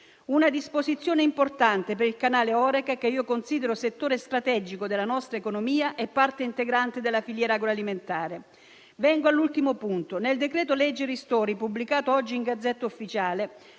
Una disposizione importante per il canale ho.re.ca, che io considero settore strategico della nostra economia e parte integrante della filiera agroalimentare. Vengo all'ultimo punto. Nel decreto-legge ristori, pubblicato oggi in *Gazzetta Ufficiale*,